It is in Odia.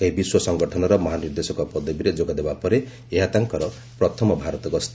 ଏହି ବିଶ୍ୱ ସଙ୍ଗଠନର ମହାନିର୍ଦ୍ଦେଶକ ପଦବୀରେ ଯୋଗଦେବା ପରେ ଏହା ତାଙ୍କର ପ୍ରଥମ ଭାରତ ଗସ୍ତ